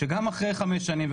שגם אחרי חמש שנים,